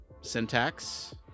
syntax